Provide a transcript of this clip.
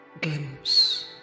glimpse